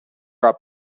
right